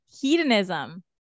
hedonism